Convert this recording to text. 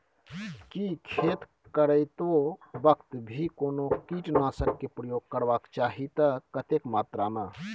की खेत करैतो वक्त भी कोनो कीटनासक प्रयोग करबाक चाही त कतेक मात्रा में?